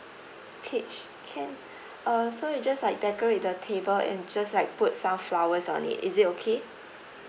peach can uh so we just like decorate the table and just like put some flowers on it is it okay